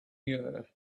year